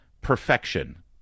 perfection